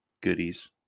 goodies